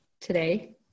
today